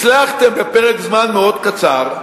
הצלחתם בפרק זמן מאוד קצר,